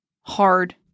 hard